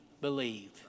believe